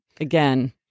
again